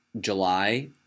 July